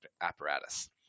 apparatus